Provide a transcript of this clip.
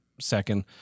second